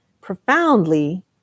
profoundly